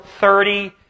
thirty